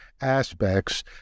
aspects